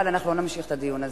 אבל אנחנו לא נמשיך את הדיון הזה.